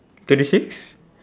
thirty six